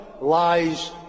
lies